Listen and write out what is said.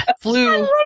flu